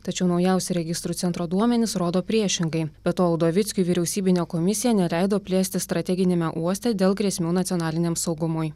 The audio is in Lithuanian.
tačiau naujausi registrų centro duomenys rodo priešingai be to udovickiui vyriausybinė komisija neleido plėstis strateginiame uoste dėl grėsmių nacionaliniam saugumui